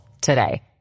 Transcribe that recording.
today